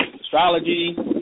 astrology